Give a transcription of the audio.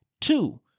two